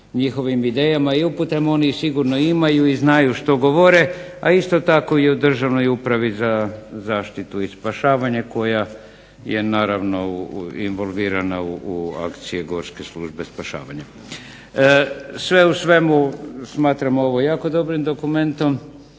njihovim idejama i uputama. Oni ih sigurno imaju i znaju što govore, a isto tako i o Državnoj upravi za zaštitu i spašavanje koja je naravno involvirana u akcije Gorske službe spašavanja. Sve u svemu smatramo ovo jako dobrim dokumentom